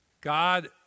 God